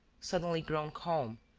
suddenly grown calm,